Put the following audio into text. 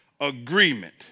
agreement